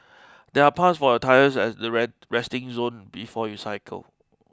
there are pumps for your tyres at the resting zone before you cycle